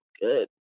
good